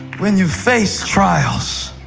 when you face trials